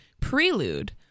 prelude